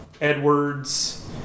Edwards